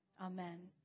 Amen